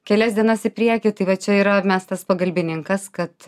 kelias dienas į priekį tai va čia yra mes tas pagalbininkas kad